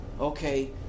Okay